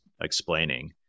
explaining